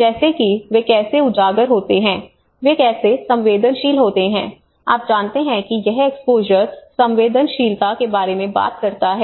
जैसे कि वे कैसे उजागर होते हैं वे कैसे संवेदनशील होते हैं आप जानते हैं कि यह एक्सपोजर संवेदनशीलता के बारे में बात करता है